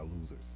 losers